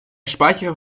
speicher